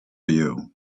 you